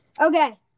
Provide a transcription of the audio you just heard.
Okay